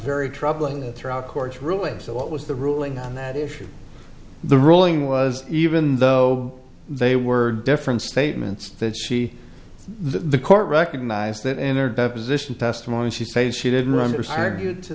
very troubling throughout court ruling so what was the ruling on that issue the ruling was even though they were different statements that she the court recognized that entered deposition testimony she says she didn't